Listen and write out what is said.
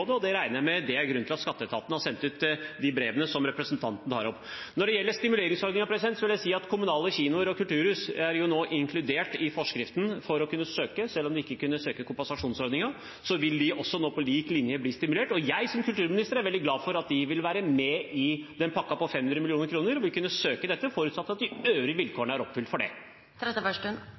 jeg regner med at det er grunnen til at skatteetaten har sendt ut de brevene som representanten tar opp. Når det gjelder stimuleringsordningen, vil jeg si at kommunale kinoer og kulturhus nå er inkludert i forskriften for å kunne søke. Selv om de ikke kunne søke i kompensasjonsordningen, vil de nå på lik linje bli omfattet av stimuleringsordningen, og jeg som kulturminister er veldig glad for at de vil være med i den pakken på 500 mill. kr, og vil kunne søke, forutsatt at de øvrige vilkårene er oppfylt. Anette Trettebergstuen – til oppfølgingsspørsmål. Det